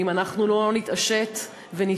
אם אנחנו לא נתעשת ונפעל.